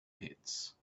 pits